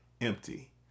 empty